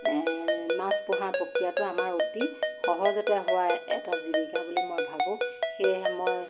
এ মাছ পোহা প্ৰক্ৰিয়াটো আমাৰ অতি সহজতে হোৱা এটা জীৱিকা বুলি মই ভাবোঁ সেয়েহে মই